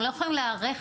הם לא יכולים להיערך,